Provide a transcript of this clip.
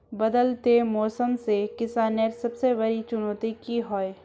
बदलते मौसम से किसानेर सबसे बड़ी चुनौती की होय?